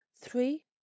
Three